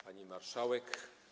Pani Marszałek!